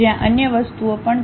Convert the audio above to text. ત્યાં અન્ય વસ્તુઓ પણ છે